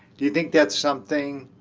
do you think that's something,